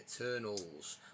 Eternals